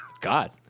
God